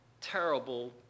terrible